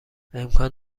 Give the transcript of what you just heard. امکان